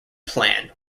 plan